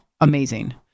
amazing